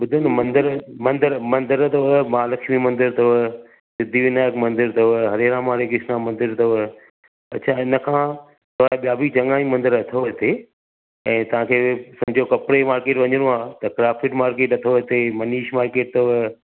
ॿुधो न मंदरु मंदरु मंदरु अथव महालक्ष्मी मंदरु अथव सिद्धी विनायक मंदरु अथव हरे राम हरे कृष्णा मंदरु अथव अच्छा इन खां सवाइ ॿिया बि मंदर चङा ई मंदरु अथव हिते ऐं तव्हां खे सम्झो कपिड़े जी मार्केट वञणो आहे त क्रॉफर्ड मार्केट अथव हिते मनीष मार्केट अथव